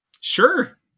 Sure